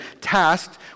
tasked